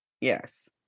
yes